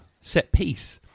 set-piece